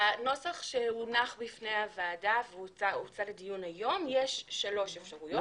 בנוסח שהונח בפני הוועדה והוצע לדיון היום יש שלוש אפשרויות.